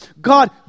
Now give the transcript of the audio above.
God